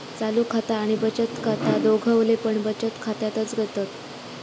चालू खाता आणि बचत खाता दोघवले पण बचत खात्यातच येतत